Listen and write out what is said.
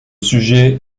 sujet